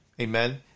Amen